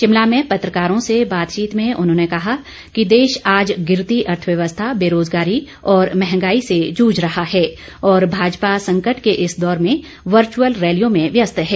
शिमला में पत्रकारों से बातचीत में उन्होंने कहा कि देश आज गिरती अर्थव्यवस्था बेरोजगारी और महंगाई से जूझ रहा है और भाजपा संकट के इस दौर में वर्चुअल रैलियों में व्यस्त है